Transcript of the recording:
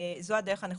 זו הדרך הנכונה.